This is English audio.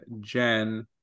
Jen